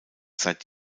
seit